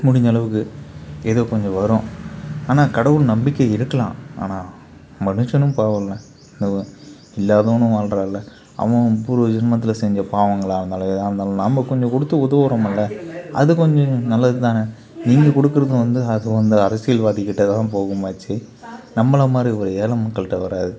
முடிஞ்சளவுக்கு எதோ கொஞ்சம் வரும் ஆனால் கடவுள் நம்பிக்கை இருக்காலம் ஆனால் மனுஷனும் பாவமில்ல இந்த இல்லாதவனும் வாழ்கிறான்ல அவர் பூர்வ ஜென்மத்தில் செஞ்ச பாவங்களாக இருந்தாலும் எதாக இருந்தாலும் நாம் கொஞ்சம் கொடுத்து உதவுறோமில்ல அது கொஞ்சம் நல்லதுதானே நீங்கள் கொடுக்குறது வந்து அது அந்த அரசியல்வாதிக்கிட்டதான் போகுமாச்சி நம்மளமாதிரி ஒரு ஏழை மக்கள்கிட்ட வராது